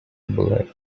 black